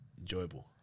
enjoyable